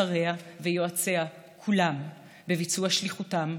שריה ויועציה כולם בביצוע שליחותם,